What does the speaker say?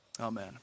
Amen